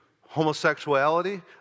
homosexuality